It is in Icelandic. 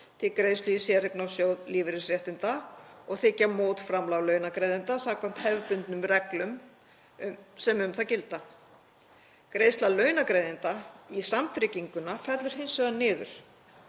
til greiðslu í séreignarsjóð lífeyrisréttinda og þiggja mótframlag launagreiðanda samkvæmt hefðbundnum reglum sem um það gilda. Greiðsla launagreiðanda í samtrygginguna fellur hins vegar niður